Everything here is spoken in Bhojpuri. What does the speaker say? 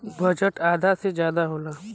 बजट आधा से जादा होला